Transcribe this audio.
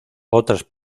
otras